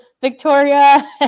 Victoria